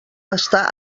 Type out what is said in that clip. està